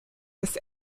das